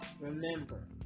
Remember